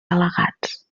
al·legats